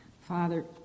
Father